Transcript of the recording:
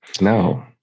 No